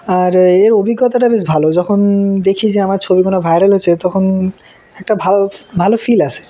আর এর অভিজ্ঞতাটা বেশ ভালো যখন দেখি যে আমার ছবিগুলো ভাইরাল হচ্ছে তখন একটা ভালো ভালো ফিল আসে